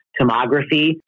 tomography